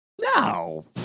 No